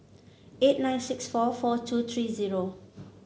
eight nine six four four two three zero